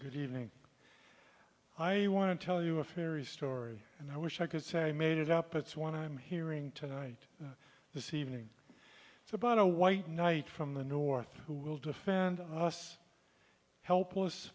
good evening i want to tell you a fairy story and i wish i could say i made it up it's one i'm hearing tonight this evening it's about a white knight from the north who will defend us helpless